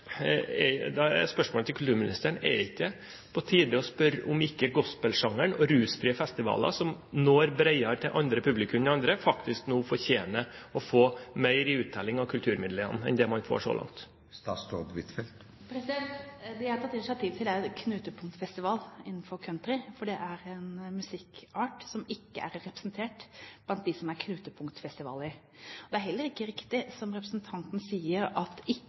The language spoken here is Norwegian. på tide å spørre om ikke gospelsjangeren og rusfrie festivaler, som når bredere og et annet publikum, nå fortjener å få mer i uttelling av kulturmidlene enn det man har fått så langt? Det jeg har tatt initiativ til, er en knutepunktfestival innenfor country, for det er en musikkart som ikke er representert blant knutepunktfestivaler. Det er heller ikke riktig, som representanten sier, at